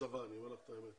אכזבה, אני אומר לך את האמת.